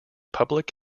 public